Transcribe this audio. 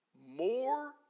more